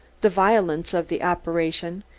the violence of the operation,